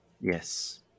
Yes